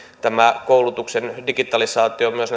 tämä koulutuksen digitalisaatio on myös